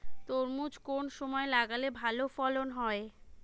তরমুজ কোন সময় লাগালে ভালো ফলন হয়?